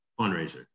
fundraiser